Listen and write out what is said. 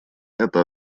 это